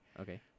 Okay